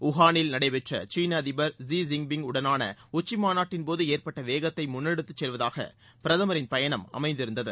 ஊகனில் நடைபெற்ற சீன அதிபர் ஜி ஜின் பிங் உடனான உச்சி மாநாட்டின்போது ஏற்பட்ட வேகத்தை முன்னெடுத்துச் செல்வதாக பிரதமரின் பயணம் அமைந்திருந்தது